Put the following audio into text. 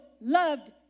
loved